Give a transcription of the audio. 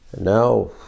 Now